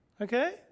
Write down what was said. okay